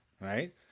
right